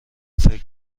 فکر